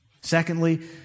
Secondly